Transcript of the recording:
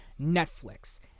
Netflix